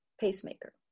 pacemaker